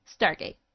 Stargate